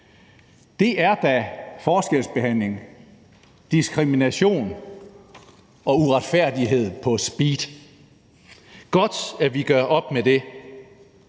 Det er da forskelsbehandling, diskrimination og uretfærdighed på speed – godt, at vi gør op med det.